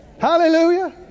Hallelujah